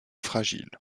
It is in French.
fragile